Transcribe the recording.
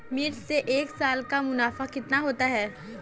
मिर्च से एक साल का मुनाफा कितना होता है?